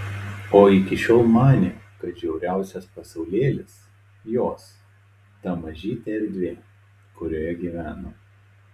o iki šiol manė kad žiauriausias pasaulėlis jos ta mažytė erdvė kurioje gyveno